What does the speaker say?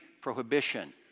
prohibition